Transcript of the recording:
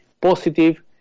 positive